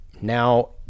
Now